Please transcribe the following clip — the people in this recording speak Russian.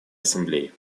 ассамблеи